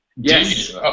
Yes